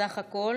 סך הכול